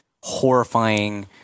horrifying